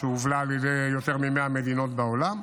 שהובלה על ידי יותר מ-100 מדינות בעולם.